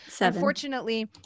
Unfortunately